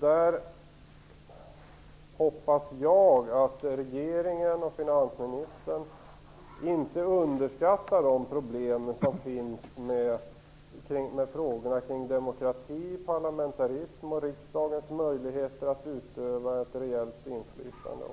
Jag hoppas att regeringen och finansministern inte underskattar problemen kring frågorna om demokrati, parlamentarism och riksdagens möjligheter att utöva ett reellt inflytande,